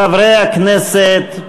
חברי הכנסת,